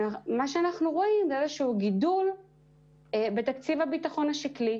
אנחנו רואים איזשהו גידול בתקציב הביטחון השקלי.